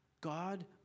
God